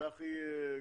צחי גרוסוסר.